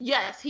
Yes